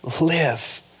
live